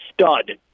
stud